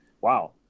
Wow